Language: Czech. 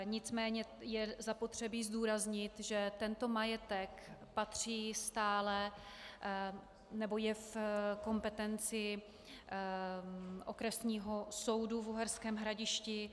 Nicméně je zapotřebí zdůraznit, že tento majetek patří stále nebo je v kompetenci Okresního soudu v Uherském Hradišti.